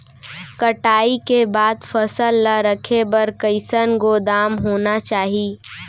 कटाई के बाद फसल ला रखे बर कईसन गोदाम होना चाही?